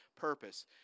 purpose